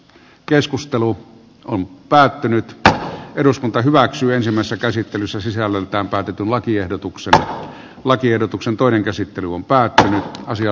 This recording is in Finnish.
keskustelu on päättynyt että eduskunta hyväksyy ensimmäistä käsittelyssä sisällöltään päätetyn lakiehdotuksen lakiehdotuksen toinen käsittely on päättynyt jo